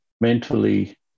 Mentally